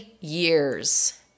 years